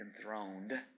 enthroned